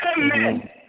Amen